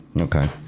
Okay